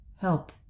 Help